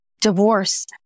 divorce